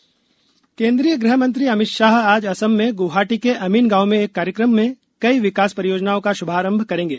अमित शाह गुवाहाटी केन्द्रीय गृह मंत्री अमित शाह आज असम में गुवाहाटी के अमीनगांव में एक कार्यक्रम में कई विकास परियोजनाओं का शुभारंभ करेंगे